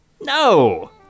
No